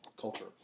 culture